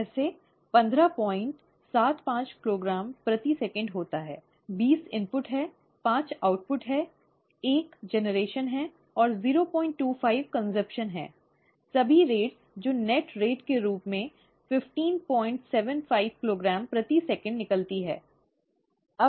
ऐसे पंद्रह पॉइंट सात पांच किलोग्राम प्रति सेकंड होता है बीस इनपुट है पांच आउटपुट है एक जनरेशन है और 025 खपत है सभी दरें जो असल दर के रूप में 1575 किलोग्राम प्रति सेकंड निकलती है